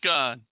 God